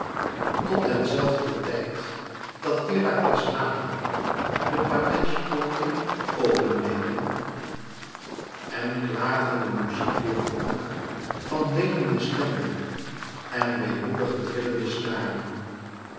tot ten zelfden tijd dat herakles naderde de paleizepoorten open weken en klagende muziek weêrklonk van weenende stemmen en weemoedig trillende snaren